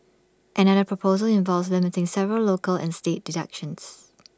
another proposal involves limiting several local and state deductions